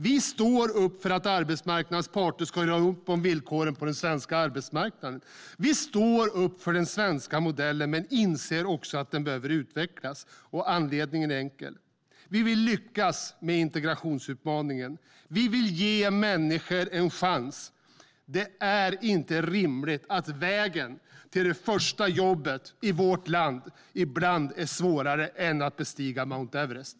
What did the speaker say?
Vi står upp för att arbetsmarknadens parter ska göra upp om villkoren på den svenska arbetsmarknaden. Vi står upp för den svenska modellen, men vi inser också att den behöver utvecklas. Anledningen är enkel, nämligen att vi vill lyckas med integrationsutmaningen. Vi vill ge människor en chans. Det är inte rimligt att vägen till det första jobbet i vårt land ibland är svårare än att bestiga Mount Everest.